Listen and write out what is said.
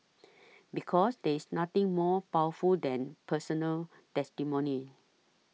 because there is nothing more powerful than personal testimony